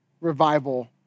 revival